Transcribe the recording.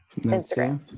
Instagram